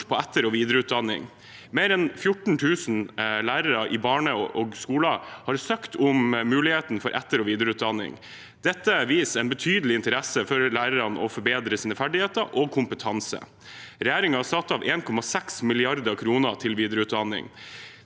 på etter- og videreutdanning. Mer enn 14 000 lærere i barnehage og skole har søkt om å få etter- og videreutdanning. Dette viser en betydelig interesse blant lærerne for å forbedre sine ferdigheter og sin kompetanse. Regjeringen har satt av 1,6 mrd. kr til videreutdanning.